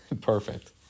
perfect